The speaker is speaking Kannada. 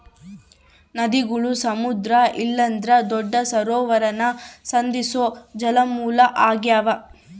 ನದಿಗುಳು ಸಮುದ್ರ ಇಲ್ಲಂದ್ರ ದೊಡ್ಡ ಸರೋವರಾನ ಸಂಧಿಸೋ ಜಲಮೂಲ ಆಗ್ಯಾವ